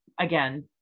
again